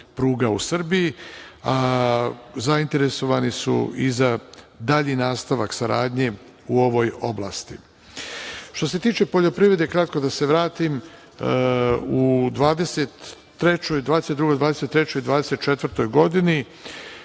pruga u Srbiji. Zainteresovani su i za dalji nastavak saradnje u ovoj oblasti. Što se tiče poljoprivrede, kratko da se vratim, u 2022, 2023, 2024. godini